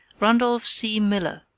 randolph c. miller,